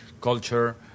culture